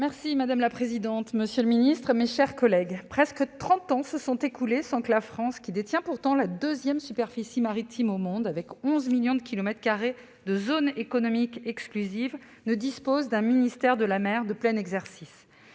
Madame la présidente, monsieur le ministre, mes chers collègues, presque trente ans se sont écoulés sans que la France, qui détient pourtant la deuxième superficie maritime au monde avec 11 millions de kilomètres carrés de zone économique exclusive (ZEE), dispose d'un ministère de la mer de plein exercice.